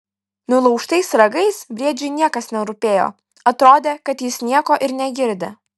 nulaužtais ragais briedžiui niekas nerūpėjo atrodė kad jis nieko ir negirdi